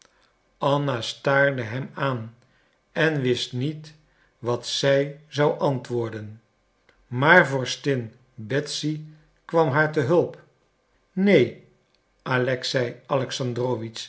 anna staarde hem aan en wist niet wat zij zou antwoorden maar vorstin betsy kwam haar te hulp neen